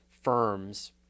firms